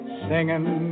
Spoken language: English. singing